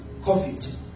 COVID